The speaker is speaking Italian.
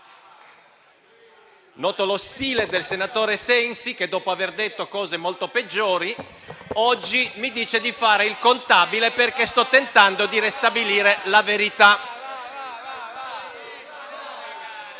Noto lo stile del senatore Sensi che, dopo aver detto cose molto peggiori, oggi mi dice di fare il contabile perché sto tentando di ristabilire la verità.